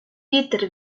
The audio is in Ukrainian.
вітер